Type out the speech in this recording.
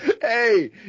Hey